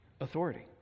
authority